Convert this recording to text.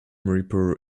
reaper